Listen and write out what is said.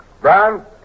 Brown